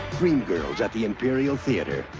dreamgirls at the imperial theatre,